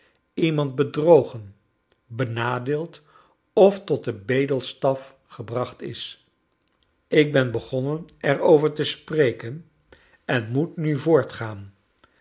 iemand bedrogen benadeeld of tot den bedelstaf gebracht is ik ben begonnen er over te spreken en moet nu voortgaan